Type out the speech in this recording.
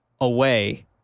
away